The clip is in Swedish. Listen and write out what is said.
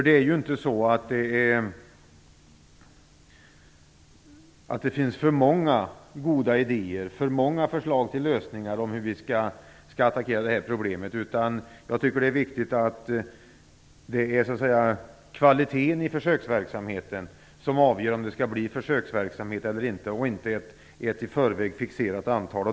Det är ju inte så att det finns för många goda idéer och förslag till lösningar på hur vi skall attackera problemet. Det är kvaliteten i försöksverksamheten som skall avgöra om det skall bli en försöksverksamhet eller inte, och inte ett i förväg fixerat antal.